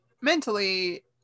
mentally